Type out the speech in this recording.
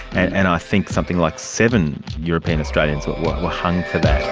and i think something like seven european australians were hung for that.